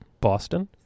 Boston